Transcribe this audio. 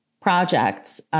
projects